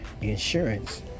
insurance